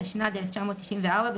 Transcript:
התשנ"ד 1994‏ ,